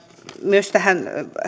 myös tähän